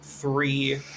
three